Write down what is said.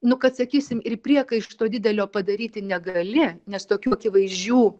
nu kad sakysim ir priekaišto didelio padaryti negali nes tokių akivaizdžių